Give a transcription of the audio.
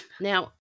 Now-